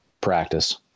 practice